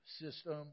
system